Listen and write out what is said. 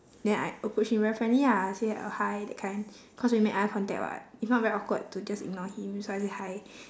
then I approach him very friendly ah I say uh hi that kind cause we made eye contact [what] if not very awkward to just ignore him so I said hi